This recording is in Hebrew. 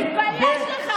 תתבייש לך.